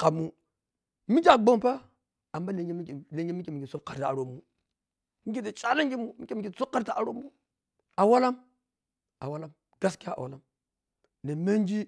kamun mike a gho fa amma lenya mikei lenya mikei mengi subkara aromun mike ɗa cha lenging mun mike mengi sokkle aromun awalam awalam gaskiya a walam ne menji.